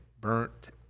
burnt